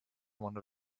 one